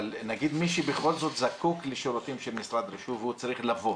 נגיד אבל מי שבכל זאת זקוק לשירותים של משרד הרישוי והוא צריך לבוא.